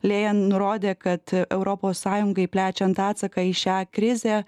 leijen nurodė kad europos sąjungai plečiant atsaką į šią krizę